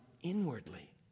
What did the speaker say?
inwardly